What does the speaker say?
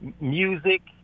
music